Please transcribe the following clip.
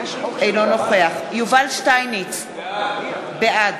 אינו נוכח יובל שטייניץ, בעד